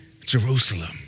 Jerusalem